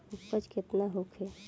उपज केतना होखे?